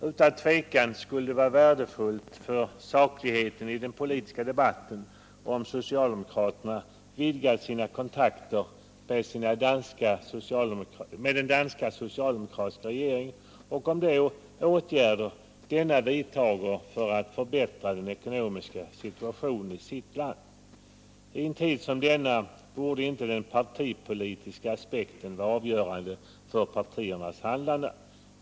Utan tvivel skulle det vara värdefullt för sakligheten i den politiska debatten om socialdemokraterna vidgade sina kontakter med den danska socialdemokratiska regeringen och skaffade sig information om de åtgärder denna vidtar för att förbättra den ekonomiska situationen i sitt land. I en tid som denna borde inte den partipolitiska aspekten vara avgörande för partiernas handlande.